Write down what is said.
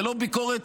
ולא ביקורת